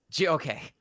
Okay